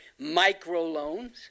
microloans